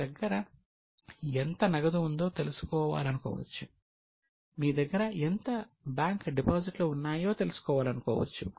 మీ దగ్గర ఎంత నగదు ఉందో తెలుసుకోవాలనుకోవచ్చు మీ దగ్గర ఎంత బ్యాంక్ డిపాజిట్లు ఉన్నాయో తెలుసుకోవాలనుకోవచ్చు